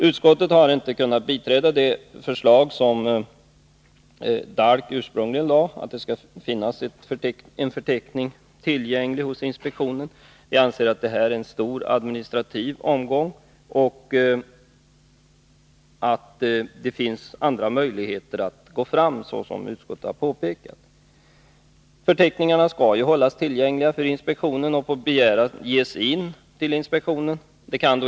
Utskottet har inte kunnat biträda det ursprungliga förslaget från DALK, att inspektionen skall ha tillgång till en förteckning. Jag anser att det här är en stor administrativ omgång och att det finns andra möjligheter, såsom utskottet har påpekat. Förteckningarna skall alltså vara tillgängliga för inspektionen, och på begäran skall de lämnas in till denna.